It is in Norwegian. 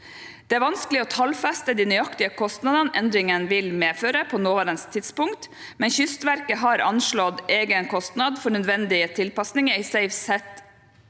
Det er vanskelig å tallfeste de nøyaktige kostnadene endringene vil medføre på nåværende tidspunkt, men Kystverket har anslått egen kostnad for nødvendige tilpasninger i SafeSeaNet